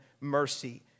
mercy